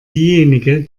diejenige